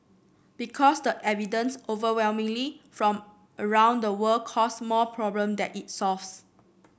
because the evidence overwhelmingly from around the world cause more problem than it solves